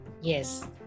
yes